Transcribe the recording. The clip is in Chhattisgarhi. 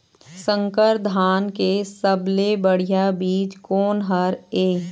संकर धान के सबले बढ़िया बीज कोन हर ये?